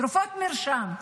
תרופות מרשם,